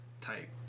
type